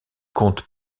compte